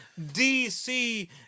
DC